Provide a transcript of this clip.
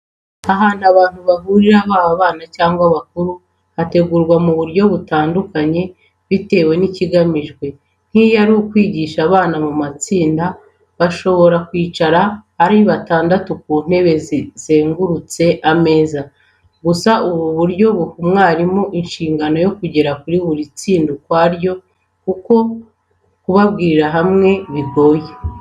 Ahantu abantu bahurira baba abana cyangwa abakuru, hategurwa mu buryo butandukanye bitewe n'ikigamijwe; nk'iyo ari ukwigisha abana mu matsinda, bashobora kwicara ari batandatu ku ntebe zizengurutse ameza; gusa ubu buryo buha mwarimu ishingano yo kugera kuri buri tsinda ukwaryo, kuko kubabwirira hamwe bigoye.